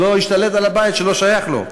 שלא ישתלט על בית שלא שייך לו.